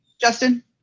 Justin